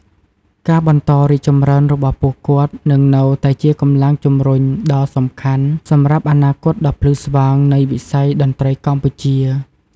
ការបន្តរីកចម្រើនរបស់ពួកគាត់នឹងនៅតែជាកម្លាំងជំរុញដ៏សំខាន់សម្រាប់អនាគតដ៏ភ្លឺស្វាងនៃវិស័យតន្ត្រីកម្ពុជា។